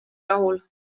rahul